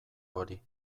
hori